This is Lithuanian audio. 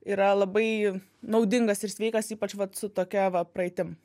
yra labai naudingas ir sveikas ypač vat su tokia va praeitim